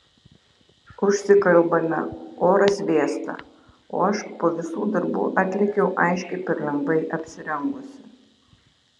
užsikalbame oras vėsta o aš po visų darbų atlėkiau aiškiai per lengvai apsirengusi